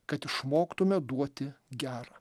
kad išmoktumėme duoti gerą